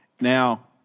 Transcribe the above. Now